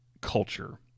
culture